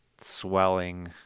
swelling